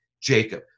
jacob